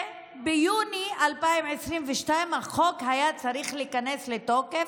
ביוני 2022 החוק היה צריך להיכנס לתוקף.